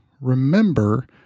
remember